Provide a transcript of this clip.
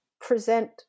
present